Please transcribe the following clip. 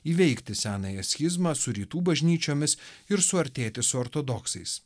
įveikti senąją schizmą su rytų bažnyčiomis ir suartėti su ortodoksais